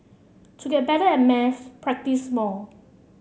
to get better at maths practise more